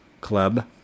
Club